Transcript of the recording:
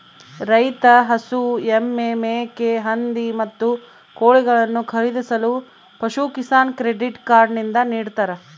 ರೈತ ಹಸು, ಎಮ್ಮೆ, ಮೇಕೆ, ಹಂದಿ, ಮತ್ತು ಕೋಳಿಗಳನ್ನು ಖರೀದಿಸಲು ಪಶುಕಿಸಾನ್ ಕ್ರೆಡಿಟ್ ಕಾರ್ಡ್ ನಿಂದ ನಿಡ್ತಾರ